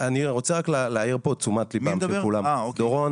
אני רוצה להעיר תשומת הלב כי